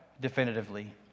definitively